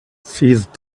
seized